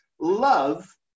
Love